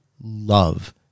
love